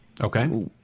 Okay